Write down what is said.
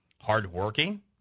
hardworking